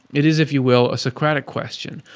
it is, if you will, a socratic question,